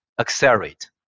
accelerate